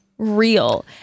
real